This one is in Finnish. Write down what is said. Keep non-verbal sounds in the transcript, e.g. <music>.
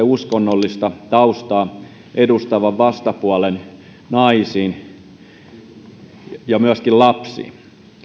<unintelligible> uskonnollista taustaa edustavan vastapuolen naisiin ja myöskin lapsiin